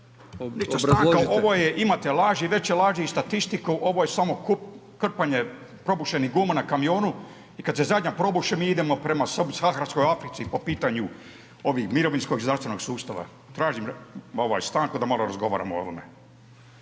ovo je, imate laži, veće laži i statistiku, ovo je samo kup, krpanje probušenih guma na kamionu i kad se zadnja probuši mi idemo prema saharskoj Africi po pitanju ovih mirovinskog i zdravstvenog sustava. Tražim stanku da malo razgovaramo o ovome.